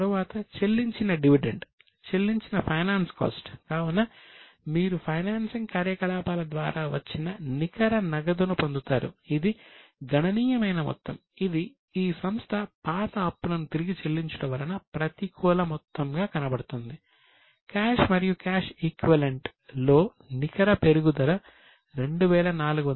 తర్వాత non current borrowings లో నికర పెరుగుదల 2490